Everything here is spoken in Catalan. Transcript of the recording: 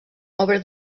obra